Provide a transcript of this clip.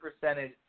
percentage